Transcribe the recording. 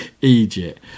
Egypt